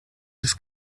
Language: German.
des